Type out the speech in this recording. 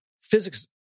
physics